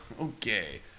Okay